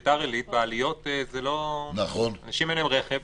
למשל ביתר עילית, בעליות, לאנשים אין רכב.